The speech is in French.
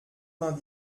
vingt